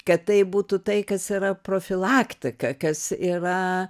kad tai būtų tai kas yra profilaktika kas yra